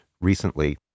recently